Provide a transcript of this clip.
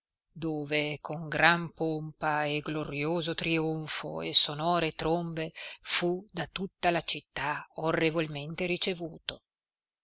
dove con gran pompa e glorioso trionfo e sonore trombe fu da tutta la città